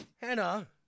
Hannah